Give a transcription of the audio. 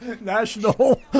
National